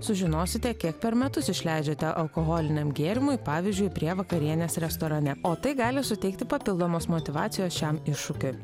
sužinosite kiek per metus išleidžiate alkoholiniam gėrimui pavyzdžiui prie vakarienės restorane o tai gali suteikti papildomos motyvacijos šiam iššūkiui